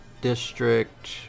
District